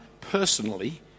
personally